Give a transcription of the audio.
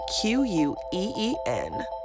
Q-U-E-E-N